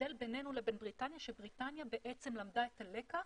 ההבדל בינינו לבין בריטניה הוא שבריטניה בעצם למדה את הלקח,